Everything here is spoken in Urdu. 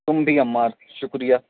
تم بھی عمار شکریہ